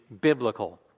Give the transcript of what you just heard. biblical